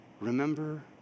Remember